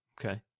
Okay